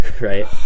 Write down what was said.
right